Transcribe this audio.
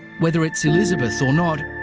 whether it's elizabeth or not,